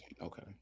okay